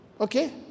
Okay